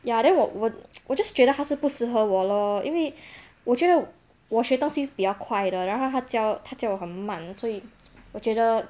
ya then 我我 just 觉得他是不适合我 lor 因为我觉得我学东西是比较快的然后他教他教得很慢所以 我觉得